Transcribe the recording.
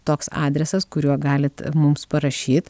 toks adresas kuriuo galit mums parašyt